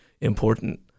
important